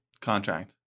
Contract